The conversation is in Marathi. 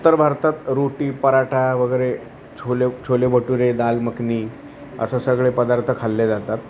उत्तर भारतात रोटी पराठा वगैरे छोले छोले भटुरे दाल मखनी असं सगळे पदार्थ खाल्ले जातात